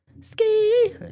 Ski